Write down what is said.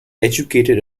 educated